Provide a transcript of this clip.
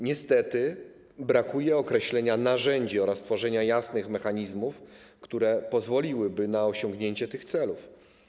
Niestety brakuje określenia narzędzi oraz tworzenia jasnych mechanizmów, które pozwoliłyby na osiągnięcie tych celów.